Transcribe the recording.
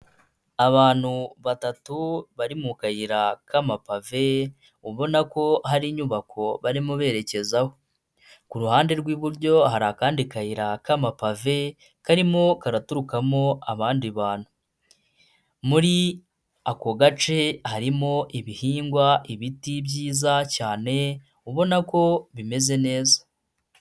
Abantu batatu bari mu kayira k'amapave, ubona ko hari inyubako barimo berekezaho, ku ruhande rw'iburyo hari akandi kayira k'amapave, karimo karaturukamo abandi bantu, muri ako gace harimo ibihingwa, ibiti byiza cyane ubona ko bimeze neza.